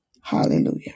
hallelujah